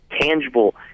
tangible